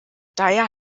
daher